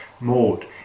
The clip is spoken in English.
mode